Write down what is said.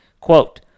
Quote